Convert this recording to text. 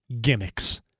Gimmicks